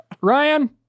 Ryan